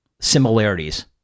similarities